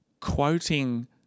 quoting